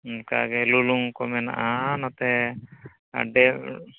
ᱚᱱᱠᱟᱜᱮ ᱞᱩᱞᱩᱝᱠᱚ ᱢᱮᱱᱟᱜᱼᱟ ᱱᱚᱛᱮ ᱟᱨ ᱫᱮᱵᱽ